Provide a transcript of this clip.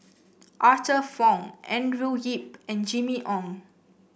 Arthur Fong Andrew Yip and Jimmy Ong